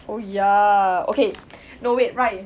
oh ya okay no wait ri~